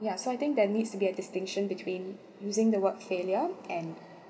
ya so I think they needs to get distinction between using the word failure and